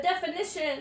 definition